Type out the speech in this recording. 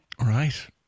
right